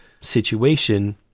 situation